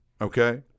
okay